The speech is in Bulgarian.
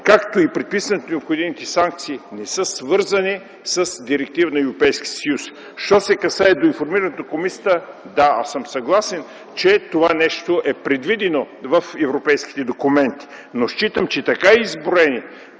както и предписването на необходимите санкции, не са свързани с директива на Европейския съюз. Що се касае до информирането на комисията, да, аз съм съгласен, че това нещо е предвидено в европейските документи, но считам, че така изброени,